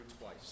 twice